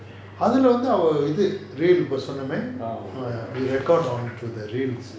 orh